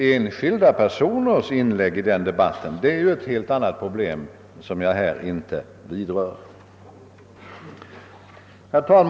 — Enskilda personers inlägg i denna debatt är givetvis ett helt annat problem som jag inte vidrör i detta sammanhang. Herr talman!